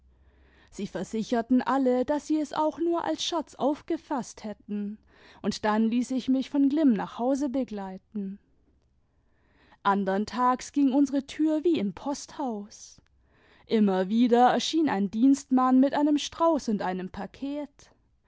sie versicherten alle daß sie es auch nur als scherz aufgefaßt hätten und dann ließ ich mich von glimm nach hause begleiten andern tags ging unsere tür wie im posthaus immer wieder erschien ein dienstmann mit einem strauß und einem paket